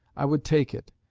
i would take it,